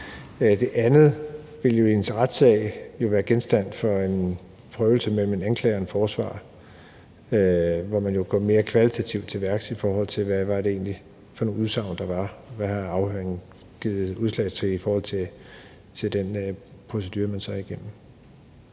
Det andet vil jo i en retssag være genstand for en prøvelse mellem en anklager og en forsvarer, hvor man går mere kvalitativt til værks, i forhold til hvad det egentlig er for nogle udsagn, der var, og hvad afhøringen har givet udslag til i forhold til den procedure, man så er igennem.